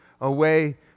away